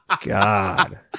God